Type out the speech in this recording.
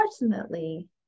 unfortunately